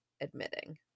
admitting